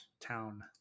town